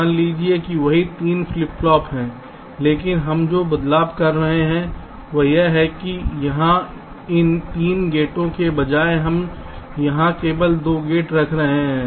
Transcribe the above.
मान लीजिए कि वही 3 फ्लिप फ्लॉप हैं लेकिन हम जो बदलाव कर रहे हैं वह यह है कि यहां इन 3 गेटों के बजाय हम यहां केवल 2 गेट रख रहे हैं